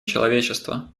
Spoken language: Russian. человечества